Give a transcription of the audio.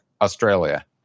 Australia